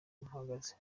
mpagaze